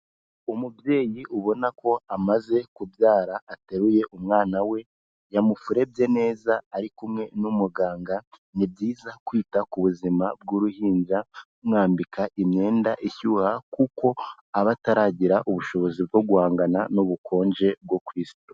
Umubyeyi ubona ko amaze kubyara ateruye umwana we, yamufurebye neza ari kumwe n'umuganga, ni byiza kwita ku buzima bw'uruhinja bamwambika imyenda ishyuha kuko aba ataragira ubushobozi bwo guhangana n'ubukonje bwo ku isi.